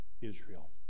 Israel